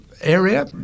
area